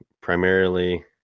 primarily